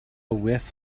whiff